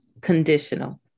conditional